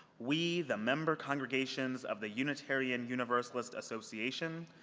we, the member congregations of the unitarian universalist association,